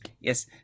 Yes